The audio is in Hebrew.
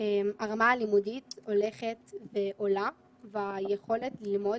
הרמה הלימודית הולכת ועולה והיכולת ללמוד